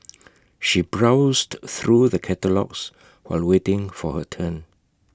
she browsed through the catalogues while waiting for her turn